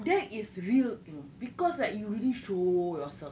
that is real too because you really show yourself